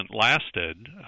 lasted